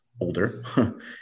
older